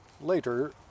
later